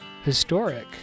historic